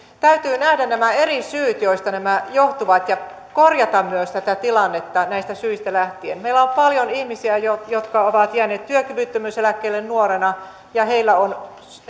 täytyy nähdä nämä eri syyt joista nämä johtuvat ja korjata myös tätä tilannetta näistä syistä lähtien meillä on paljon ihmisiä jotka ovat jääneet työkyvyttömyyseläkkeelle nuorina ja heillä on